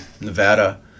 Nevada